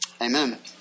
amen